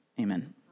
amen